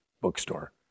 Bookstore